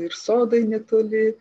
ir sodai netoli